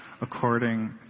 according